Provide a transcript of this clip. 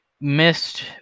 missed